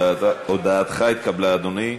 הודעתך התקבלה, אדוני.